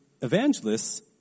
evangelists